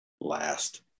last